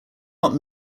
not